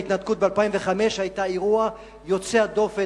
ההתנתקות ב-2005 היתה אירוע יוצא דופן,